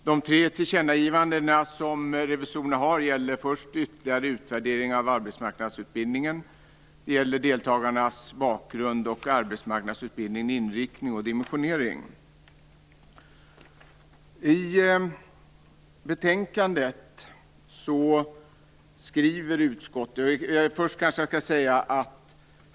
De tre tillkännagivandena gäller ytterligare utvärdering av arbetsmarknadsutbildningen, deltagarnas bakgrund och arbetsmarknadsutbildningens inriktning och dimensionering.